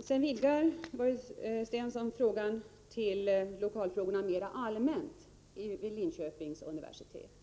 Sedan vidgar Börje Stensson frågan till lokalfrågorna mer allmänt vid Linköpings universitet.